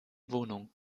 wohnung